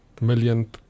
million